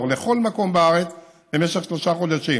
לכל מקום בארץ במשך שלושה חודשים,